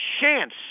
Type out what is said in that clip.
chance